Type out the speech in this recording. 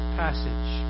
passage